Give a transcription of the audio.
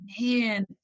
man